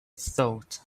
thought